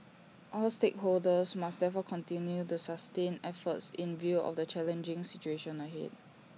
all stakeholders must therefore continue the sustain efforts in view of the challenging situation ahead